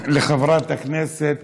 תודה לחברת הכנסת